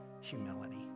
humility